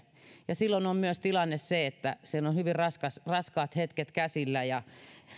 ja silloin on myös tilanne se että siinä on hyvin raskaat raskaat hetket käsillä ja